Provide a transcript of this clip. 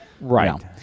Right